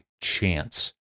chance